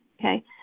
okay